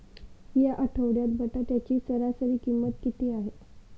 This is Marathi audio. या आठवड्यात बटाट्याची सरासरी किंमत किती आहे?